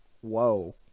whoa